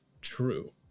true